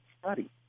study